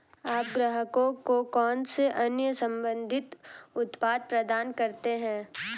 आप ग्राहकों को कौन से अन्य संबंधित उत्पाद प्रदान करते हैं?